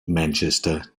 manchester